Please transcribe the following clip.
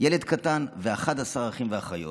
ילד קטן ו-11 אחים ואחיות